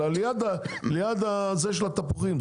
אלא ליד הזה של התפוחים.